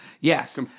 Yes